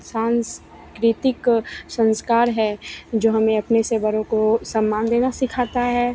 सांस्कृतिक संस्कार है जो हमें अपने से बड़ों को सम्मान देना सिखाता है